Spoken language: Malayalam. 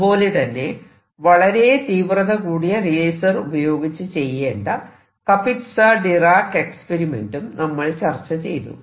അതുപോലെതന്നെ വളരെ തീവ്രത കൂടിയ ലേസർ ഉപയോഗിച്ച് ചെയ്യേണ്ട കപിറ്റ്സ ഡിറാക് എക്സ്പെരിമെന്റും നമ്മൾ ചർച്ച ചെയ്തു